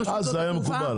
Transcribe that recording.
אז זה היה מקובל.